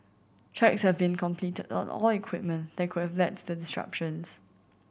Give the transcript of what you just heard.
checks have been completed on all equipment that could have led to the